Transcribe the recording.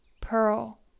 pearl